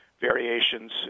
variations